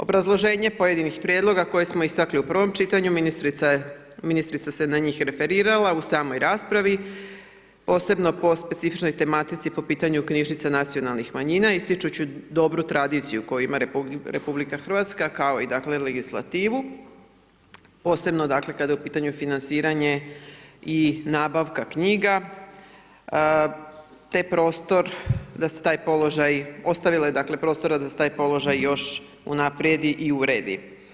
Obrazloženje pojedinih prijedloga koje smo istakli u prvom čitanju ministrica se na njih referirala u samoj raspravi posebno po specifičnoj tematici po pitanju knjižnica nacionalnih manjina ističući dobru tradiciju koju ima RH kao i dakle legislativu, posebno dakle kada je u pitanju financiranje i nabavka knjiga te prostor da se taj položaj, ostavilo je dakle prostora da se taj položaj još unaprijedi uredi.